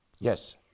Yes